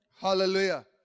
Hallelujah